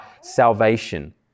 salvation